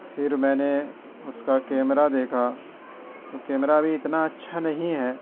پھر میں نے اُس کا کیمرہ دیکھا وہ کیمرہ بھی اتنا اچھا نہیں ہے